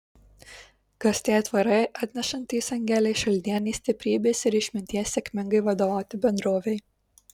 kas tie aitvarai atnešantys angelei šalnienei stiprybės ir išminties sėkmingai vadovauti bendrovei